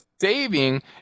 saving